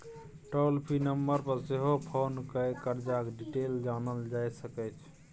टोल free number पर सेहो phone कए करजाक डिटेल जानल जा सकै छै